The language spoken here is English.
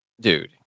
dude